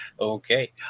Okay